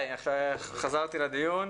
חזרתי לדיון.